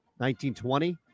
1920